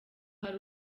hari